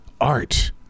art